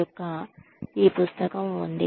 యొక్క ఈ పుస్తకం ఉంది